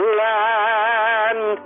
land